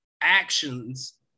actions